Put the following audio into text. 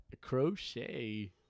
Crochet